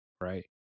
Right